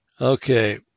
Okay